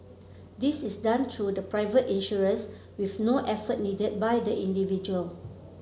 this is done through the private insurers with no effort needed by the individual